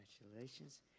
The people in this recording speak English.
Congratulations